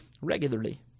regularly